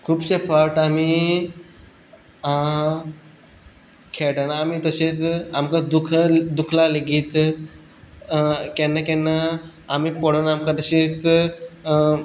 खुबशे फावट आमी खेळटना आमी तशेंच आमकां दुखल दुखला लेगीत केन्ना केन्ना आमी पडोन आमकां तशेंच